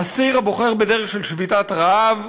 אסיר הבוחר בדרך של שביתת רעב,